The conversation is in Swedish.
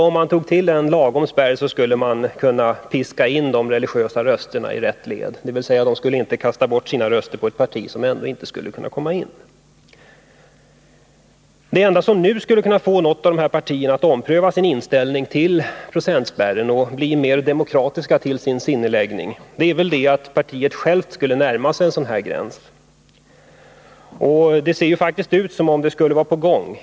Om man tog till en lagom hög spärr skulle man kunna piska in de religiösa rösterna i rätt led, dvs. de skulle inte falla på kds. Det enda som nu skulle få något av partierna att ompröva sin inställning till procentspärren och bli mera demokratiskt till sitt sinnelag är väl att det självt skulle närma sig denna gräns. Det ser faktiskt ut som om det skulle vara på gång.